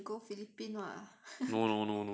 eh then we should go philippines [what]